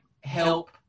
help